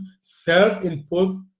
self-imposed